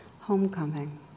homecoming